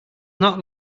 not